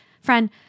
friend